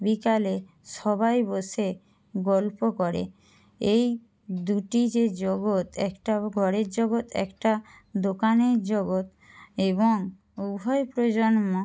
বিকালে সবাই বসে গল্প করে এই দুটি যে জগৎ একটা ঘরের জগৎ একটা দোকানের জগৎ এবং উভয় প্রজন্ম